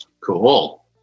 Cool